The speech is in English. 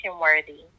worthy